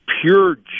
pure